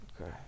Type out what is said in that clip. Okay